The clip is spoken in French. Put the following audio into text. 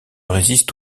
résiste